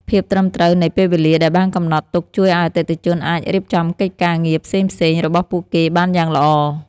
ភាពត្រឹមត្រូវនៃពេលវេលាដែលបានកំណត់ទុកជួយឱ្យអតិថិជនអាចរៀបចំកិច្ចការងារផ្សេងៗរបស់ពួកគេបានយ៉ាងល្អ។